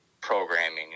programming